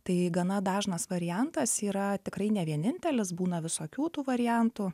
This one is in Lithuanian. tai gana dažnas variantas yra tikrai ne vienintelis būna visokių variantų